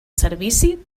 servici